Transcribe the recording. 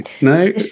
No